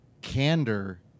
candor